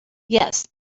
yes